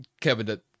Kevin